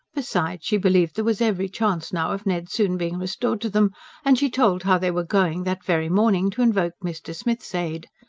besides, she believed there was every chance now of ned soon being restored to them and she told how they were going, that very morning, to invoke mr. smith's aid.